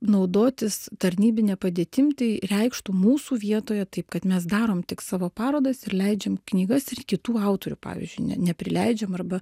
naudotis tarnybine padėtim tai reikštų mūsų vietoje taip kad mes darom tik savo parodas ir leidžiam knygas ir į kitų autorių pavyzdžiui ne neprileidžiam arba